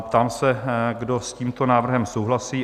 Ptám se, kdo s tímto návrhem souhlasí?